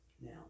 Now